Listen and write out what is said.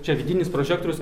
čia vidinis prožektorius